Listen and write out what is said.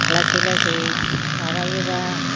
लासै लासै माबायोबा